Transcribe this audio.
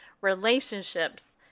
relationships